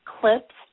clips